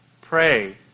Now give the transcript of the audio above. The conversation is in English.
Pray